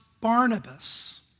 Barnabas